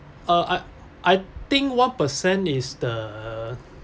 uh I I think one percent is the